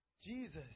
Jesus